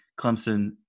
Clemson